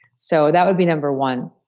so that would be number one.